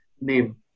name